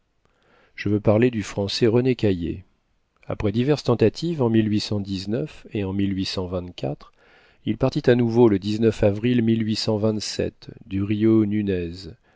je veux parler du français rené caillié après diverses tentatives en et en il partit à nouveau le avril du rio nunez